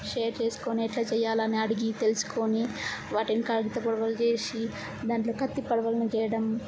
share చేసుకునేటట్లు చేయాలి అని అడిగి తెలుసుకొని వాటిని కాగితపు పడవలు చేసి దానితో కత్తి పడవలను చేయడం